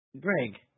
Greg